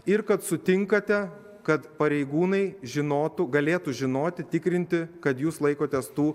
ir kad sutinkate kad pareigūnai žinotų galėtų žinoti tikrinti kad jūs laikotės tų